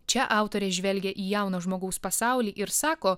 čia autorė žvelgia į jauno žmogaus pasaulį ir sako